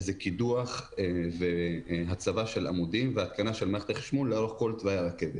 זה קידוח והצבה של עמודים והתקנה של מערכת החשמול לאורך כל תוואי הרכבת.